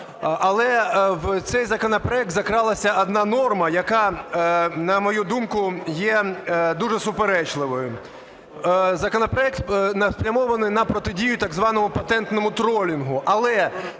Але в цей законопроект закралася одна норма, яка, на мою думку, є дуже суперечливою. Законопроект спрямований на протидію так званому патентному тролінгу,